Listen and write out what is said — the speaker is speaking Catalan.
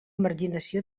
marginació